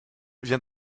vient